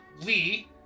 Lee